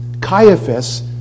Caiaphas